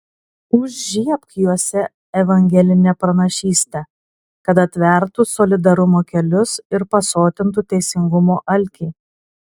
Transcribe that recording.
užžiebk juose evangelinę pranašystę kad atvertų solidarumo kelius ir pasotintų teisingumo alkį